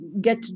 get